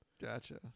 Gotcha